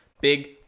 Big